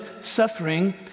suffering